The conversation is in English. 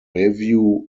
review